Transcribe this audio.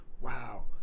wow